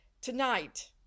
tonight